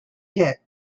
hit